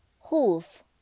hoof